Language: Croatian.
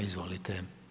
Izvolite.